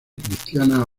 cristianas